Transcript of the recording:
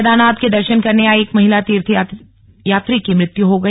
केदारनाथ के दर्शन करने आई एक महिला तीर्थयात्री की मृत्यु हो गई